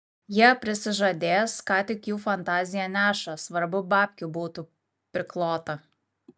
jie prisižadės ką tik jų fantazija neša svarbu babkių būtų priklota